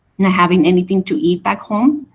not having anything to eat back home.